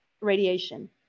radiation